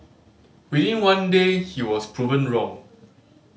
within one day he was proven wrong